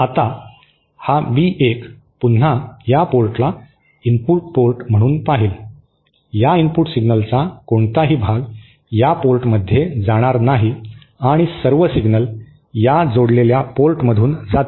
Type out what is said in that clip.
आता हा बी 1 पुन्हा या पोर्टला इनपुट पोर्ट म्हणून पाहील या इनपुट सिग्नलचा कोणताही भाग या पोर्टमध्ये जाणार नाही आणि सर्व सिग्नल या जोडलेल्या पोर्टमधून जातील